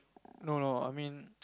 no no I mean